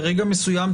ברגע מסוים,